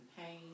pain